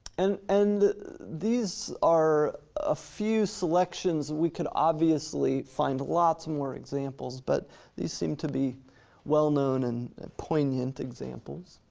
and and these are a few selections. we could obviously find lots more examples, but these seem to be well known and poignant examples.